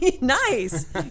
Nice